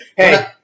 Hey